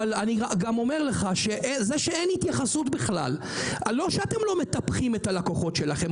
אבל אני גם אומר לך שלא רק שאתם לא מטפחים את הלקוחות שלכם,